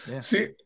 See